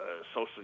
Social